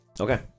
Okay